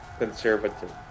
Conservative